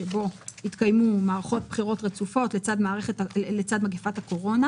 שבו התקיימו מערכות בחירות רצופות לצד מגפת הקורונה